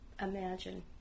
imagine